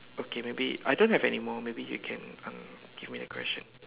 okay maybe I don't have anymore maybe you can um give me the question